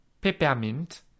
peppermint